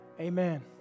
Amen